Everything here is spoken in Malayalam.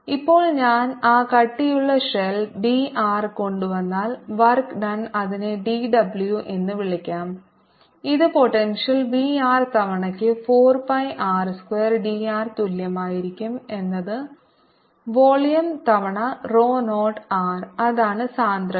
ഇപ്പോൾ ഞാൻ ആ കട്ടിയുള്ള ഷെൽ d r കൊണ്ടുവന്നാൽ വർക്ക് ഡൺ അതിനെ d w എന്ന് വിളിക്കാം ഇത് പോട്ടെൻഷ്യൽ v r തവണയ്ക്ക് 4 pi r square d r തുല്യമായിരിക്കും എന്നത് വോളിയം തവണ rho 0 r അതാണ് സാന്ദ്രത